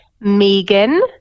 megan